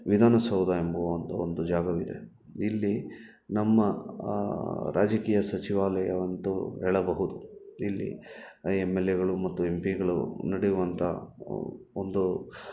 ವಿಧಾನಸೌಧ ಎಂಬುವ ಒಂದು ಜಾಗವಿದೆ ಇಲ್ಲಿ ನಮ್ಮ ರಾಜಕೀಯ ಸಚಿವಾಲಯವಂತ ಹೇಳಬಹುದು ಇಲ್ಲಿ ಎಮ್ ಲ್ ಎಗಳು ಮತ್ತು ಎಮ್ ಪಿಗಳು ನಡೆಯುವಂಥ ಒಂದು